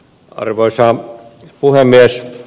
arvoisa puhemies